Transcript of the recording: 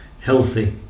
healthy